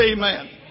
amen